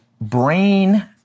brain